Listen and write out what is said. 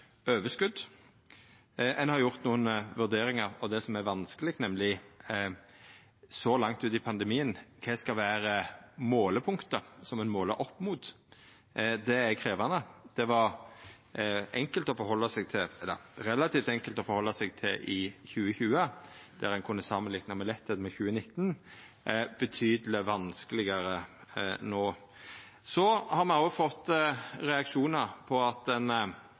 overskot. Ein har gjort nokre vurderingar av det som er vanskeleg, nemleg: Så langt ute i pandemien, kva skal vera målepunktet som ein måler opp mot? Det er krevjande. Det var enkelt – eller relativt enkelt – å forholda seg til i 2020, då ein lett kunne samanlikna med 2019. Det er betydeleg vanskelegere no. Så har me òg fått reaksjonar når det gjeld det med overskot, at